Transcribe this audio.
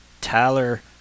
Tyler –